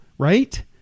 Right